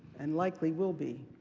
and likely will be,